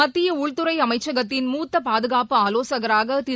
மத்திய உள்துறை அமைச்சகத்தின் மூத்த பாதுகாப்பு ஆவோசகராக திரு